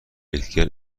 یکدیگر